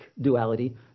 duality